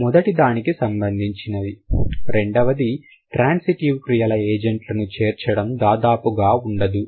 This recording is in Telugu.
మొదటి దానికి సంబంధించినది రెండవది ట్రాన్సిటివ్ క్రియల ఏజెంట్లను చేర్చడం దాదాపుగా ఉండదు